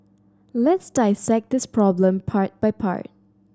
let's dissect this problem part by part